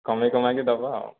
କମାଇ କୁମାଇକି କି ଦେବା ଆଉ